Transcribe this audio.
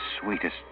sweetest